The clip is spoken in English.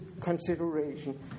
consideration